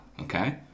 okay